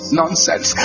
nonsense